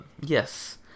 yes